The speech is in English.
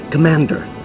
Commander